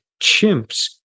chimps